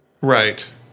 Right